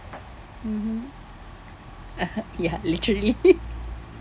mmhmm (uh huh) ya literally